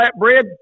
flatbread